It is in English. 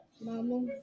Mama